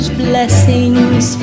blessings